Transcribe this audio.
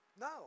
No